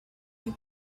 you